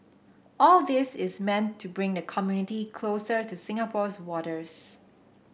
all this is meant to bring the community closer to Singapore's waters